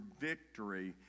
victory